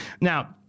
Now